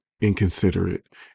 inconsiderate